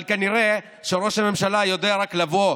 אבל כנראה ראש הממשלה יודע רק לבוא,